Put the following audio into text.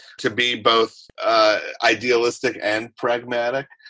to be both idealistic and pragmatic,